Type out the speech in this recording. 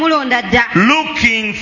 Looking